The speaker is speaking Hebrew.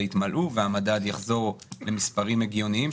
יתמלאו והמדד יחזור למספרים הגיוניים,